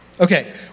Okay